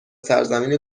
سرزمین